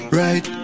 right